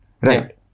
right